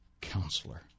Counselor